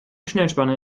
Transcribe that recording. schnellspanner